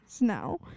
now